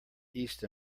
east